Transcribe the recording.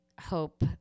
hope